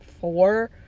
four